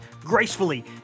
gracefully